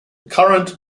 current